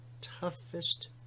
toughest